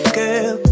girl